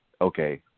okay